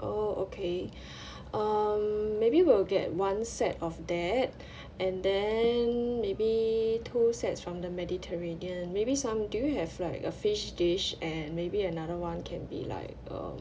oh okay um maybe will get one set of that and then maybe two sets from the mediterranean maybe some do you have like a fish dish and maybe another [one] can be like uh